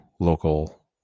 Local